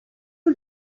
you